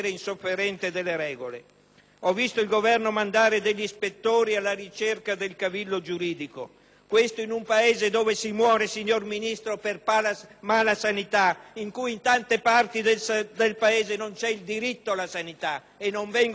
Ho visto il Governo mandare degli ispettori alla ricerca del cavillo giuridico; questo in un Paese dove si muore, signor Ministro, per malasanità, dove in tante parti del Paese non c'è il diritto alla sanità e non vengono mandati gli ispettori.